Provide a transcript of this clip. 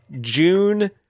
June